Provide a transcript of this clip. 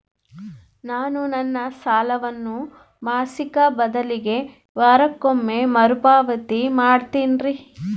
ನಾನು ನನ್ನ ಸಾಲವನ್ನು ಮಾಸಿಕ ಬದಲಿಗೆ ವಾರಕ್ಕೊಮ್ಮೆ ಮರುಪಾವತಿ ಮಾಡ್ತಿನ್ರಿ